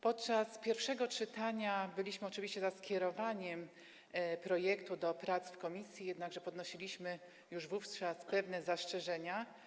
Podczas pierwszego czytania byliśmy oczywiście za skierowaniem projektu do prac w komisji, jednakże wnosiliśmy już wówczas pewne zastrzeżenia.